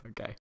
okay